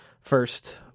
first